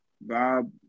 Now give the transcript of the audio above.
Bob